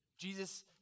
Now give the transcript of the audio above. Jesus